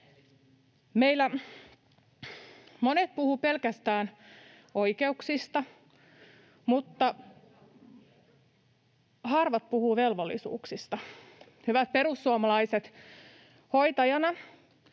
monet puhuvat pelkästään oikeuksista, mutta harvat puhuvat velvollisuuksista. Hyvät perussuomalaiset, hoitajana